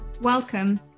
Welcome